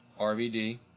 RVD